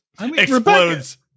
Explodes